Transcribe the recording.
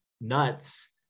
nuts